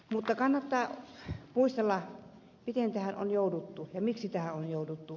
mutta kannattaa muistella miten tähän on jouduttu ja miksi tähän on jouduttu